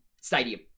stadium